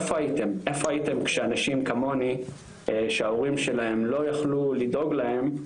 איפה הייתם איפה הייתם כשאנשים כמוני שההורים שלהם לא יכלו לדאוג להם,